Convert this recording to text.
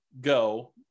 go